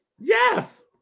Yes